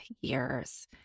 years